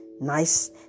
Nice